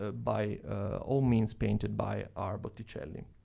ah by all means, painted by our botticelli.